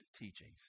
teachings